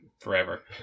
Forever